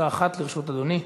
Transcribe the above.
דקה אחת לרשות אדוני.